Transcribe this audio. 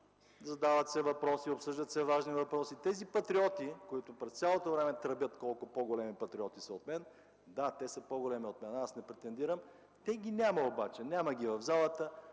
Задават се, обсъждат се важни въпроси, а тези патриоти, които през цялото време тръбят колко по-големи патриоти от мен са – да, те са по-големи патриоти от мен, аз не претендирам, но ги няма обаче. Няма ги в залата,